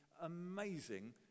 amazing